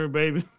baby